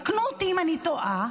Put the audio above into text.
תקנו אותי אם אני טועה,